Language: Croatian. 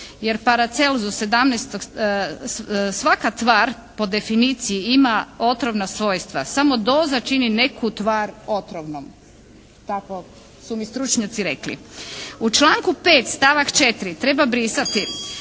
17., svaka tvar po definiciji ima otrovna svojstva, samo doza čini neku tvar otrovnom. Tako su mi stručnjaci rekli. U članku 5. stavak 4. treba brisati